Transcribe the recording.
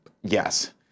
yes